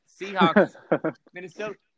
Seahawks-Minnesota